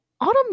Autumn